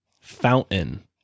fountain